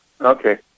Okay